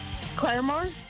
Claremore